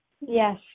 Yes